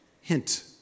Hint